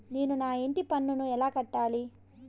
నేను నా ఇంటి పన్నును ఎలా కట్టాలి?